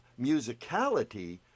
musicality